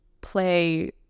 play